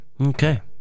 Okay